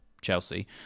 Chelsea